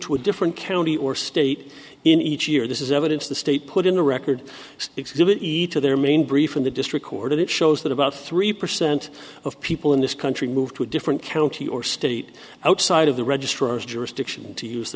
to a different county or state in each year this is evidence the state put in a record exhibit each of their main brief from the district court and it shows that about three percent of people in this country move to a different county or state outside of the registrars jurisdiction to use the